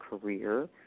career